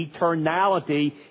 eternality